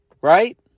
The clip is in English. Right